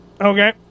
Okay